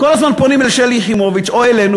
כל הזמן פונים אל שלי יחימוביץ או אלינו